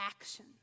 action